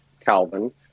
Calvin